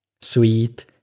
Sweet